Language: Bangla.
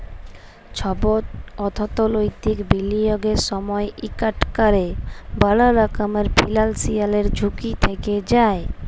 ছব অথ্থলৈতিক বিলিয়গের সময় ইকট ক্যরে বড় রকমের ফিল্যালসিয়াল ঝুঁকি থ্যাকে যায়